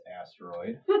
asteroid